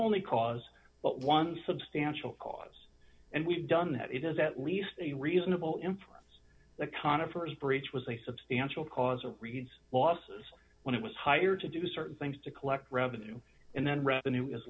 only cause but one substantial cause and we've done that it is at least a reasonable inference that conifers breach was a substantial cause of losses when it was hired to do certain things to collect revenue and then revenue is